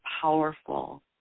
powerful